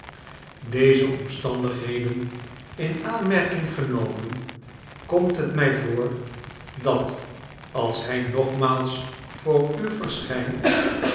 deze omstandigheden in aanmerking genomen komt het mij voor dat als hij nogmaals voor u verschijnt